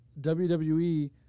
WWE